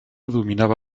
dominava